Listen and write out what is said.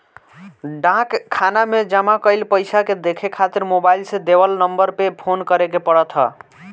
डाक खाना में जमा कईल पईसा के देखे खातिर मोबाईल से देवल नंबर पे फोन करे के पड़त ह